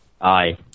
aye